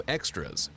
Extras